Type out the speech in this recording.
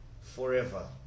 forever